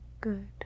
good